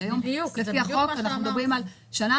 כי היום לפי החוק אנחנו מדברים על שנה,